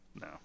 No